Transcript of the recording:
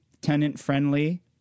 tenant-friendly